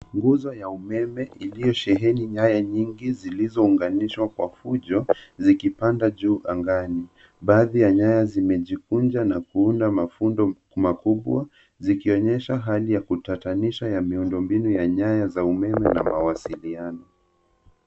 Nguzo ya umeme iliyosheheni nyaya nyingi zilizounganishwa kwa fujo zikipanda juu angani. Baadhi ya nyaya zimejikuja na kuunda mafundo makubwa zikionyesha hali ya kutatanisha ya miundombinu ya nyaya za umeme na mawasiliano.